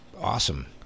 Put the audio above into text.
awesome